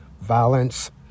violence